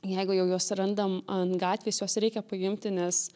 jeigu jau juos randam ant gatvės juos reikia paimti nes